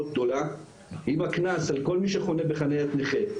גדולה אם הקנס על כל מי שחונה בחניית נכה,